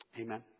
Amen